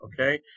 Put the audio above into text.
Okay